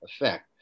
effect